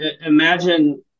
imagine